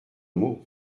mot